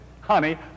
honey